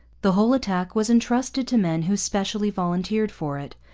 the whole attack was entrusted to men who specially volunteered for it,